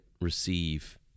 receive